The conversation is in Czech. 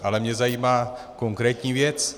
Ale mě zajímá konkrétní věc.